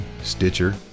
stitcher